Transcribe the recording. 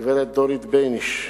הגברת דורית בייניש.